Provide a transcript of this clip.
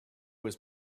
was